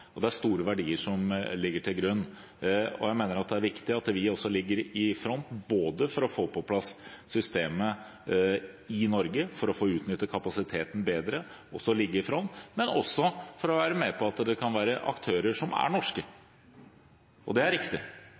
og det er store verdier som ligger til grunn. Jeg mener det er viktig at vi også ligger i front, både for å få på plass systemet i Norge for å få utnyttet kapasiteten bedre og for at norske aktører kan være med. Det er riktig. Jeg tror det er viktig at stortingsrepresentanter har kontakt med norsk næringsliv og